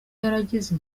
yaragize